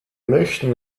möchten